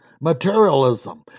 materialism